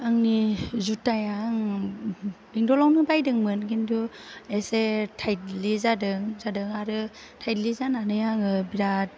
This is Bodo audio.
आंनि जुथाया आं बेंतलावनो बायदोंमोन खिन्थु एसे ताइटलि जादों जादों आरो ताइटलि जानानै आङो बिराद